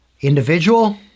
individual